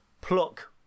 pluck